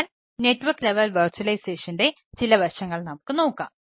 അതിനാൽ network level വെർച്വലൈസേഷന്റെ ചില വശങ്ങൾ നമുക്ക് നോക്കാം